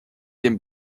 dem